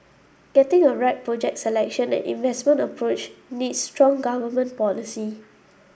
getting the right project selection and investment approach needs strong government policy